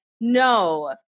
no